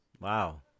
Wow